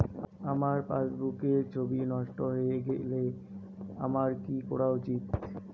আমার পাসবুকের ছবি নষ্ট হয়ে গেলে আমার কী করা উচিৎ?